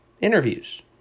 interviews